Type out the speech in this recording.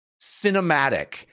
cinematic